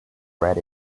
red